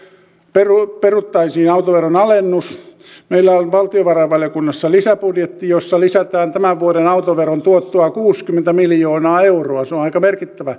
peruttaisiin autoveron alennus meillä on valtiovarainvaliokunnassa lisäbudjetti jossa lisätään tämän vuoden autoveron tuottoa kuusikymmentä miljoonaa euroa se on aika